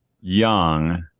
young